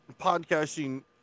Podcasting